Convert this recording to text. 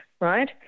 right